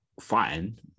fine